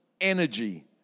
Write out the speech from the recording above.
energy